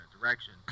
direction